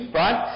right